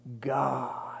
God